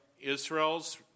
Israel's